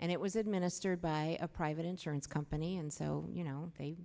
and it was administered by a private insurance company and so you know they